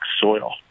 soil